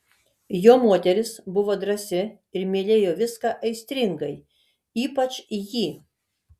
jo moteris buvo drąsi ir mylėjo viską aistringai ypač jį